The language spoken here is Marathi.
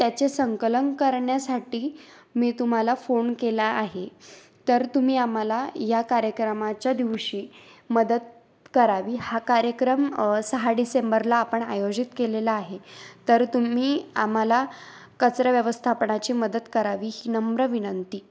त्याचे संकलन करण्यासाठी मी तुम्हाला फोण केला आहे तर तुम्ही आम्हाला या कार्यक्रमाच्या दिवशी मदत करावी हा कार्यक्रम सहा डिसेंबरला आपण आयोजित केलेला आहे तर तुम्ही आम्हाला कचरा व्यवस्थापनाची मदत करावी ही नम्र विनंती